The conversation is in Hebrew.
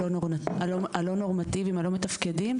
הלא נורמטיביים, הלא מתפקדים.